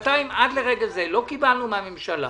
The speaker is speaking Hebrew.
עד לרגע זה לא קיבלנו מן הממשלה